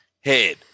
head